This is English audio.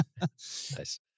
Nice